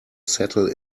settle